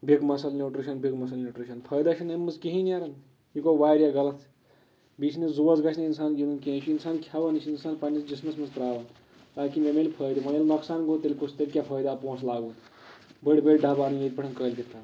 big muscle nutrition big muscle nutrition فٲیدٕ چھُ نہٕ اَمہِ منٛز کِہیںی نیران یہِ گوٚو واریاہ غلط بیٚیہِ چھِ نہٕ زُوَس گژھِ نہٕ اِنسان گنٛدُن کِینہہ یہِ چھُ اِنسان کھٮ۪وان یہِ چھُ اِنسان پَنٕنِس جسمَس منٛز تراوان تاکہِ مےٚ مِلہِ فٲیدٕ وَن ییٚلہِ نۄقصان گوٚو تیٚلہِ کیاہ فٲیدٕ آو پۄنٛسہٕ لاگُن بٔڑ بٔڑ ڈَبہٕ اَنو ییٚتہِ پٮ۪ٹھ کٲلکیتھ تام